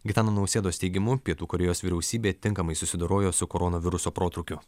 gitano nausėdos teigimu pietų korėjos vyriausybė tinkamai susidorojo su koronaviruso protrūkiu